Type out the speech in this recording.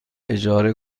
اجاره